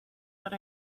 but